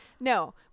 No